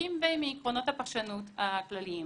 מהחוקים ומעקרונות הפרשנות הכלליים.